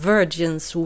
Virgins